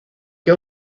que